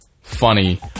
funny